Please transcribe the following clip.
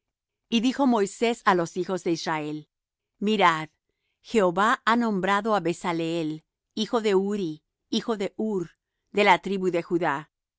y dijo moisés á los hijos de israel mirad jehová ha nombrado á bezaleel hijo de uri hijo de hur de la tribu de judá